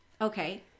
Okay